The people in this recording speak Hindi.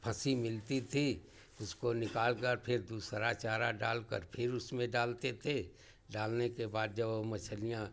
फँसी मिलती थी उसको निकाल कर फिर दूसरा चारा डाल कर फिर उसमें डालते थे डालने के बाद जो मछलियाँ